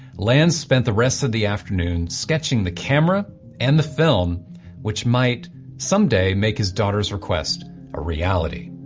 land spent the rest of the afternoon sketching the camera and the film which might someday make his daughter's request a reality.